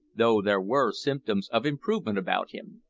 though there were symptoms of improvement about him.